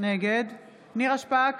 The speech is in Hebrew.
נגד נירה שפק,